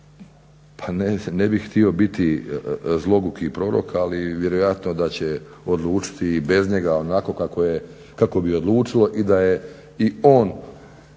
pa ne bih htio biti zloguki prorok ali vjerojatno da će odlučiti i bez njega onako kako je, kako bi odlučilo i da je i on,